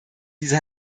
diese